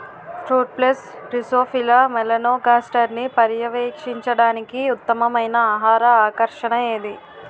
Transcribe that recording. Fruit flies drosophila మెలనోగాస్టర్ని పర్యవేక్షించడానికి ఉత్తమమైన ఆహార ఆకర్షణ ఏది?